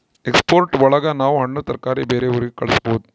export ಒಳಗ ನಾವ್ ಹಣ್ಣು ತರಕಾರಿ ಬೇರೆ ಊರಿಗೆ ಕಳಸ್ಬೋದು